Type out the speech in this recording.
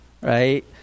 right